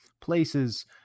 Places